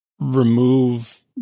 remove